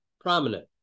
prominent